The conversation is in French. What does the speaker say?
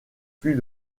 fut